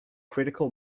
critical